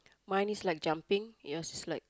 mine is like jumping yours is like